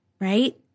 Right